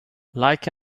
like